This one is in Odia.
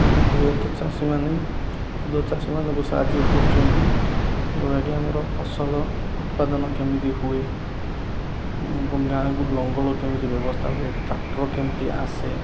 ମୁଁ ବୃହତ ଚାଷୀମାନେ କ୍ଷୁଦ୍ର ଚାଷୀମାନଙ୍କୁ ସାହାଯ୍ୟ କରୁଛନ୍ତି ଯୋଉଟାକି ଆମର ଫସଲ ଉତ୍ପାଦନ କେମିତି ହୁଏ ଏବଂ ଗାଁକୁ ଲଙ୍ଗଳ କେମିତି ବ୍ୟବସ୍ଥା ହୁଏ ଟ୍ରାକ୍ଟର କେମିତି ଆସେ